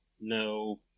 no